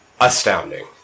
astounding